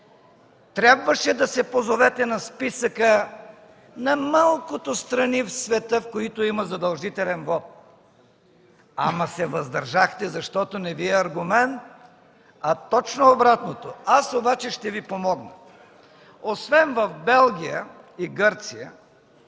трябваше да се позовете на списъка на малкото страни в света, в които има задължителен вот, ама се въздържахте, защото не Ви е аргумент, а точно обратното. Аз обаче ще Ви помогна. Освен в Белгия и Гърция,